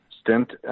stint